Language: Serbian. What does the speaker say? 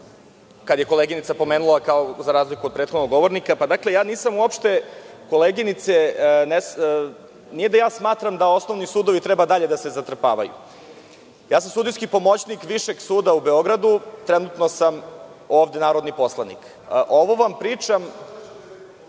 kada je koleginica pomenula – za razliku od prethodnog govornika. Dakle, koleginice, nije da ja smatram da osnovni sudovi treba dalje da se zatrpavaju. Sudijski sam pomoćnik Višeg suda u Beogradu i trenutno sam ovde narodni poslanik. Ovo vam pričam…(Biljana